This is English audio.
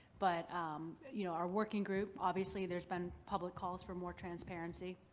but you know our working group, obviously there's been public calls for more transparency.